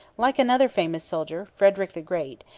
like another famous soldier, frederick the great,